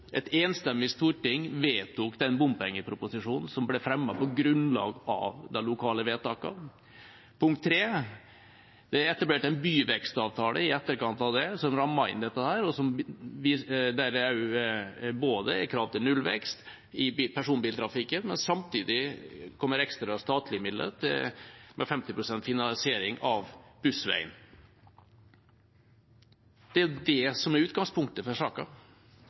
Et enstemmig storting vedtok den bompengeproposisjonen som ble fremmet på grunnlag av de lokale vedtakene. Det er etablert en byvekstavtale i etterkant av det, som rammer inn dette, der det både er krav til nullvekst i personbiltrafikken, og det samtidig kommer ekstra statlige midler med 50 pst. finansiering av Bussveien. Det er jo det som er utgangspunktet for